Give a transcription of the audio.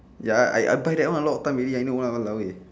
ya I I buy that one a lot of time already I know !walao! eh